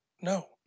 no